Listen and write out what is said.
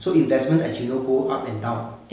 so investment as you know go up and down